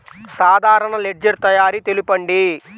సాధారణ లెడ్జెర్ తయారి తెలుపండి?